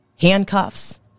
handcuffs